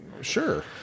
Sure